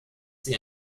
sie